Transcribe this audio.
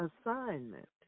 assignment